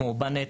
כמו באנט,